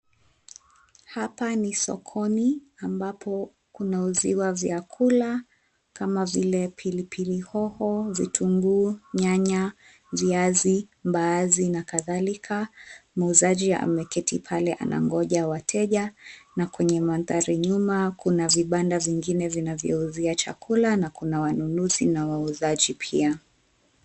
Hapa ni sokoni ambapo kunauziwa vyakula kama vile pilipili hoho, vitunguu, nyanya, viazi, mbaazi na kadhalika. Muuzaji ameketi pale anangoja wateja na kwenye mandhari nyuma kuna vibanda vingine vinavyouzia chakula na kuna wanunuzi na wauzaji pia.